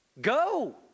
Go